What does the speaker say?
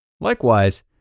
Likewise